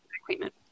equipment